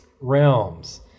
Realms